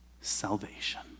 salvation